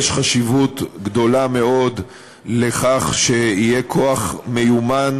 יש חשיבות גדולה מאוד לכך שיהיה כוח מיומן